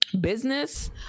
Business